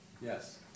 yes